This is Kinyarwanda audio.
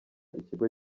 ikigo